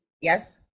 yes